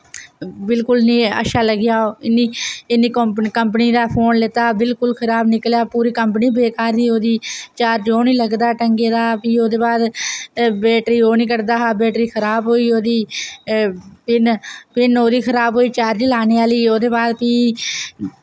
बिल्कुल नि अच्छा लग्गेआ ओह् इन्नी इन्नी कोम्पनी कंपनी दा फोन लैता बिल्कुल खराब निकलेआ पूरी कंपनी बेकार ही ओह्दी चार्ज ओह् नि लगदा ढंगै दा फ्ही ओह्दे बाद बैटरी ओह् नि कड्ढदा हा बैटरी खराब होई ओह्दी पिन पिन ओह्दी खराब होई चार्ज लाने आह्ली ओह्दे बाद फ्ही